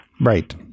Right